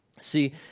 See